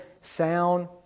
sound